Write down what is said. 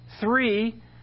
three